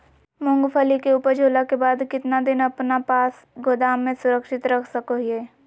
मूंगफली के ऊपज होला के बाद कितना दिन अपना पास गोदाम में सुरक्षित रख सको हीयय?